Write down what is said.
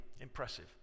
impressive